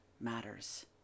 matters